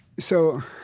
so